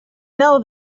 know